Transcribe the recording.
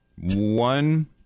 one